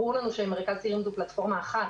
ברור לנו שמרכז צעירים זה פלטפורמה אחת,